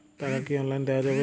টাকা কি অনলাইনে দেওয়া যাবে?